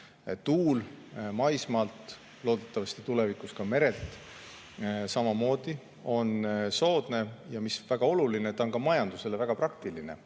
Tuul maismaal, loodetavasti tulevikus ka merel, on samamoodi soodne ja väga oluline on, et ta on ka majandusele väga praktiline.